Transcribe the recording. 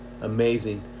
Amazing